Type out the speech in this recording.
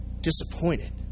disappointed